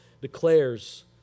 declares